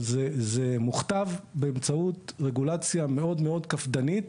זה מוכתב באמצעות רגולציה מאוד קפדנית,